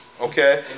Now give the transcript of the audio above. okay